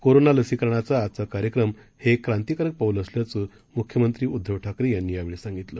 corona लसीकरणाचा आजचा कार्यक्रम हे एक क्रांतीकारक पाऊल असल्याचं मुख्यमंत्री उद्दव ठाकरे यांनी यावेळी सांगितलं